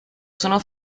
sono